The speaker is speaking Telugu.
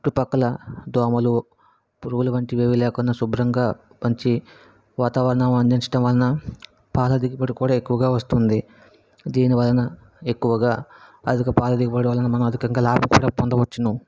చుట్టు పక్కల దోమలు పురుగులు వంటివి ఏవి లేకున్నశుభ్రంగా మంచి వాతావరణం అందించటం వలన పాల దిగుబడి కూడా ఎక్కువుగా వస్తుంది దీని వలన ఎక్కువుగా అధిక పాల దిగుబడి వలన మనం అధికంగా లాభాలు కూడ పొందవచ్చును